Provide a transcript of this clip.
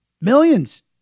millions